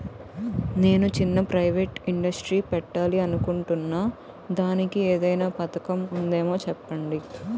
నేను చిన్న private industry పెట్టాలి అనుకుంటున్నా దానికి ఏదైనా పథకం ఉందేమో చెప్పండి?